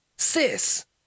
Sis